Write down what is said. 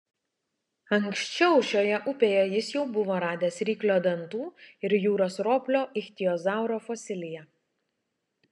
anksčiau šioje upėje jis jau buvo radęs ryklio dantų ir jūros roplio ichtiozauro fosiliją